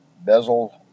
Bezel